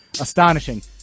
Astonishing